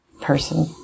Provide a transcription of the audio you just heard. person